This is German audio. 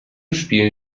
spielen